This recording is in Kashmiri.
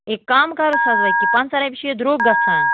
اے کَم کَرُس حظ وۅنۍ کیٛاہ پنٛژاہ رۄپیہِ چھِ یہِ درٛۅگ گژھان